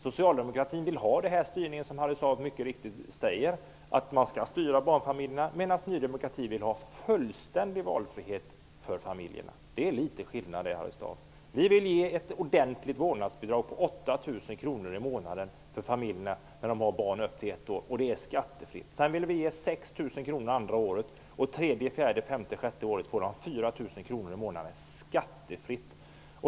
Socialdemokraterna vill att man skall styra barnfamiljerna, som Harry Staaf mycket riktigt säger, medan Ny demokrati vill ha fullständig valfrihet för familjerna. Det är litet skillnad det, Vi vill ge ett ordentligt vårdnadsbidrag på 8 000 kr i månaden för familjerna när de har barn upp till ett års ålder, och det skall vara skattefritt. Sedan vill vi ge 6 000 kr andra året, och tredje, fjärde, femte och sjätte året får de 4 000 kr i månaden skattefritt.